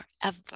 forever